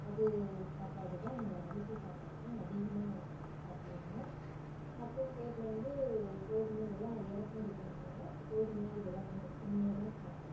அது சாப்பாடுதான் இங்கே அரிசி சாப்பாடுதான் அதிகமாக சாப்பிடுவாங்க மற்ற ஸ்டேட்லேருந்து கோதுமை இதெல்லாம் இறக்குமதி பண்ணிக்குவாங்க கோதுமை இதெல்லாம் வந்து கம்மியாகதான் சாப்பிடுவாங்க